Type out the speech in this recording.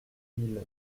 mille